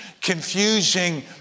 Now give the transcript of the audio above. confusing